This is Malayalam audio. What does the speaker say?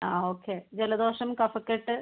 ആ ഓക്കെ ജലദോഷം കഫക്കെട്ട്